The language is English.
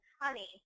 honey